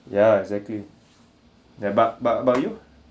ya exactly the but but about you